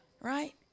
right